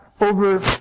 over